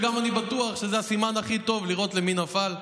אני בטוח שזה הסימן הכי טוב לראות למי נפל.